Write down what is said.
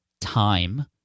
time